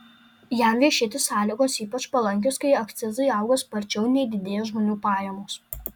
jam vešėti sąlygos ypač palankios kai akcizai auga sparčiau nei didėja žmonių pajamos